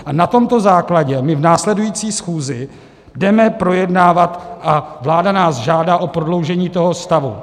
A na tomto základě my v následující schůzi jdeme projednávat, a vláda nás žádá o prodloužení stavu.